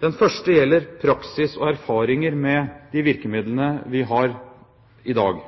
Den første gjelder praksis og erfaringer med de virkemidlene vi har i dag.